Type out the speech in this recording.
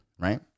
Right